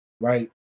right